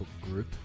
group